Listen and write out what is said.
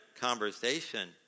conversation